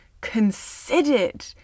considered